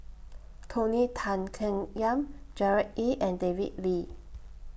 Tony Tan Keng Yam Gerard Ee and David Lee